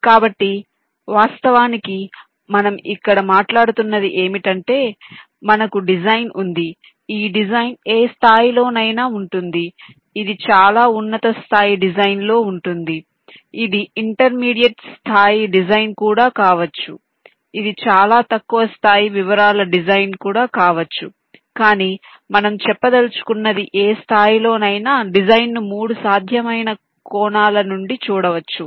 కాబట్టి వాస్తవానికి మనం ఇక్కడ మాట్లాడుతున్నది ఏమిటంటే మనకు డిజైన్ ఉంది ఈ డిజైన్ ఏ స్థాయిలోనైనా ఉంటుంది ఇది చాలా ఉన్నత స్థాయి డిజైన్లో ఉంటుంది ఇది ఇంటర్మీడియట్ స్థాయి డిజైన్ కూడా కావచ్చు ఇది చాలా తక్కువ స్థాయి వివరాల డిజైన్ కావచ్చు కాని మనం చెప్పదలచుకున్నది ఏ స్థాయిలోనైనా డిజైన్ను 3 సాధ్యమైన కోణాల నుండి చూడవచ్చు